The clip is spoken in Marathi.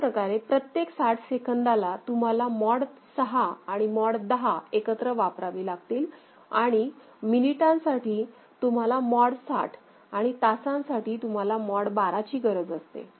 अशाप्रकारे प्रत्येक साठ सेकंदाला तुम्हाला मॉड 6 आणि मॉड 10 एकत्र वापरावी लागतील आणि मिनिटांसाठी तुम्हाला मॉड 60 आणि तासांसाठी तुम्हाला मॉड 12 ची गरज असते